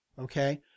okay